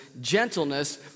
gentleness